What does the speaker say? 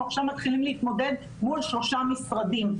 עכשיו מתחילים להתמודד מול שלושה משרדים,